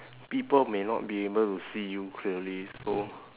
people may not be able to see you clearly so